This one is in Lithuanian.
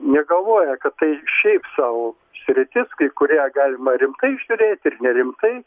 negalvoja kad tai šiaip sau sritis kai kurią galima rimtai žiūrėti ir nerimtai